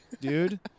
dude